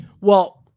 Well-